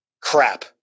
crap